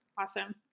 Awesome